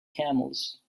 camels